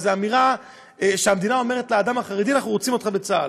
זו אמירה שהמדינה אומרת לאדם החרדי: אנחנו רוצים אותך בצה"ל.